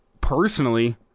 personally